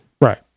Right